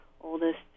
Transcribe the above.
oldest